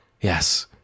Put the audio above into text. Yes